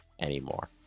anymore